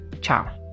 Ciao